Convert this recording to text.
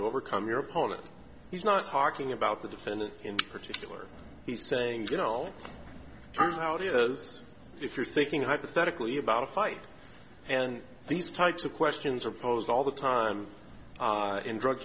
to overcome your opponent he's not talking about the defendant in particular he's saying you know turns out is if you're thinking hypothetically about a fight and these types of questions are posed all the time in drug